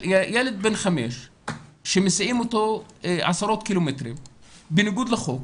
ילד בן 5 שמסיעים אותו עשרות קילומטרים בניגוד לחוק